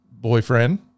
boyfriend